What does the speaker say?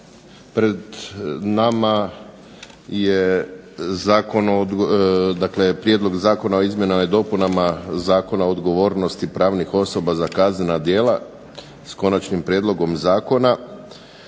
o, dakle Prijedlog zakona o izmjenama i dopunama Zakona o odgovornosti pravnih osoba za kaznena djela s konačnim prijedlogom zakona.